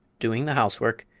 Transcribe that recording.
doing the housework,